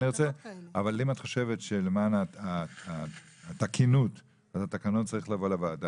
אבל אם את חושבת שלמען התקינות התקנות צריכות לבוא לוועדה,